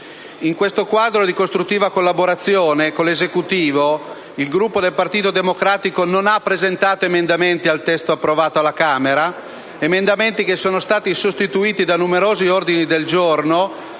In questo quadro di costruttiva collaborazione con l'Esecutivo, il Gruppo del Partito Democratico non ha presentato emendamenti al testo approvato alla Camera: emendamenti che sono stati sostituiti da numerosi ordini del giorno